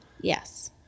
Yes